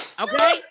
Okay